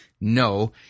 No